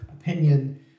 opinion